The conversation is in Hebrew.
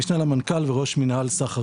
בין אם לקבל הלוואה של המדינה כולל מקרן עסקים